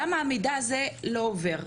למה המידע הזה לא עובר?